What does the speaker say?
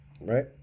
Right